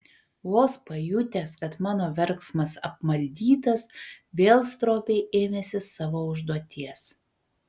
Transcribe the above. vos pajutęs kad mano verksmas apmaldytas vėl stropiai ėmėsi savo užduoties